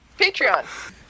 Patreon